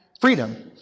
Freedom